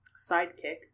sidekick